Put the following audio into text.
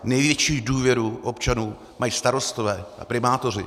Největší důvěru občanů mají starostové a primátoři.